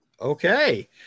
Okay